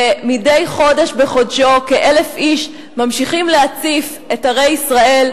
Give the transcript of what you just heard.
ומדי חודש בחודשו כ-1,000 איש ממשיכים להציף את ערי ישראל,